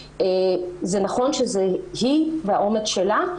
זה נכון שזה היא והאומץ שלה.